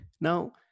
Now